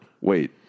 Wait